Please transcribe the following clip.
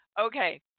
okay